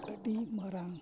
ᱟᱹᱰᱤ ᱢᱟᱨᱟᱝ